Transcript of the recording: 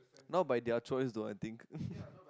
not by their choice though I think